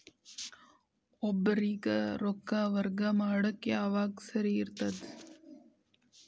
ಒಬ್ಬರಿಗ ರೊಕ್ಕ ವರ್ಗಾ ಮಾಡಾಕ್ ಯಾವಾಗ ಸರಿ ಇರ್ತದ್?